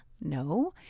No